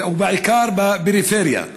ובעיקר בפריפריה,